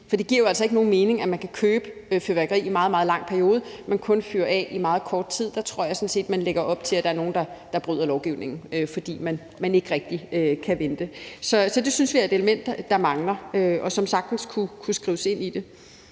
For det giver jo altså ikke nogen mening, at man kan købe fyrværkeri i en meget, meget lang periode, men kun fyre det af i meget kort tid. Der tror jeg sådan set, man lægger op til, at der er nogle, der bryder lovgivningen, fordi de ikke rigtig kan vente. Så det synes vi er et element, der mangler, og som sagtens kunne skrives ind i det.